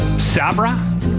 Sabra